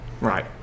Right